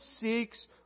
seeks